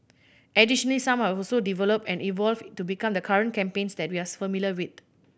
additionally some have also developed and evolved to become the current campaigns that we are familiar with